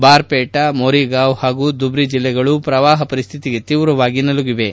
ಬಾರ್ಪೇಟಾ ಮೋರಿಗಾಂವ್ ಹಾಗೂ ದುಬ್ರಿ ಜಿಲ್ಲೆಗಳು ಶ್ರವಾಹ ಪರಿಸ್ವಿತಿಗೆ ತೀವ್ರವಾಗಿ ನಲುಗಿವೆ